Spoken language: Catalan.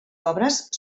obres